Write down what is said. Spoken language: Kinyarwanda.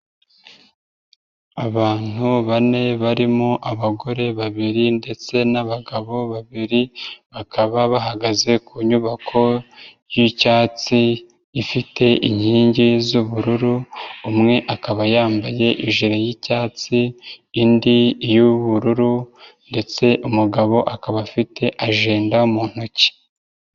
Abantu bane barimo abagore babiri ndetse n'abagabo babiri bakaba bahagaze ku nyubako y'icyatsi ifite inkingi z'ubururu, umwe akaba yambaye ijire y'icyatsi indi y'ubururu ndetse umugabo akaba afite ajenda mu ntoki.